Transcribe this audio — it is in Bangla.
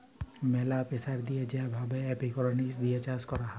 ম্যালা প্রেসার দিয়ে যে ভাবে এরওপনিক্স দিয়ে চাষ ক্যরা হ্যয়